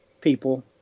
people